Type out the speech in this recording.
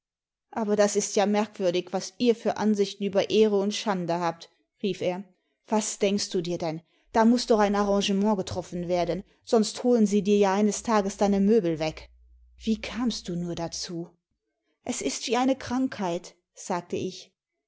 aber das ist ja merkwürdig was ihr für ansichten über ehre und schande habt rief er was denkst du dir denn da muß doch ein arrangement getroffen werden sonst holen sie dir ja eines tages deine möbel weg wie kamst du nur dazu es ist wie eine krankheit sagte ich